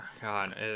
God